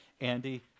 Andy